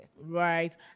Right